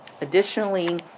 Additionally